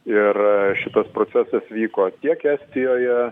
ir šitas procesas vyko tiek estijoje